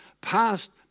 past